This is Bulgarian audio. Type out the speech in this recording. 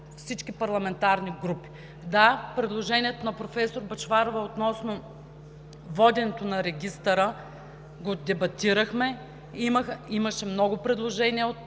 всички парламентарни групи. Да, предложението на професор Бъчварова относно воденето на регистъра го дебатирахме. Имаше много предложения от